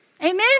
Amen